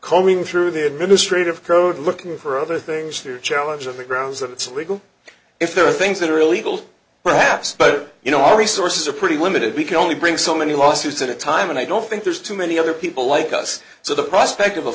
combing through the administrative code looking for other things to challenge of the grounds that it's legal if there are things that are illegal perhaps but you know our resources are pretty limited we can only bring so many lawsuits in a time and i don't think there's too many other people like us so the prospect of a